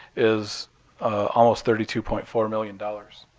is almost thirty two point four million dollars.